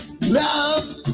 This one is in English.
love